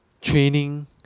training